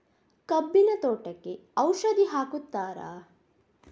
ಕಬ್ಬಿನ ತೋಟಕ್ಕೆ ಔಷಧಿ ಹಾಕುತ್ತಾರಾ?